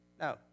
No